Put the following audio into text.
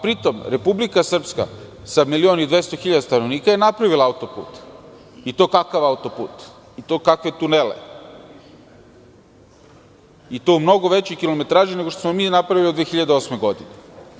Pri tome, Republika Srpska, sa 1.200.000 stanovnika, je napravila autoput, i to kakav autoput, i to kakve tunele, i u mnogo većoj kilometraži nego što smo mi napravili od 2008. godine.